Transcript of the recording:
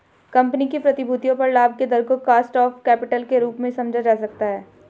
company की प्रतिभूतियों पर लाभ के दर को कॉस्ट ऑफ कैपिटल के रूप में समझा जा सकता है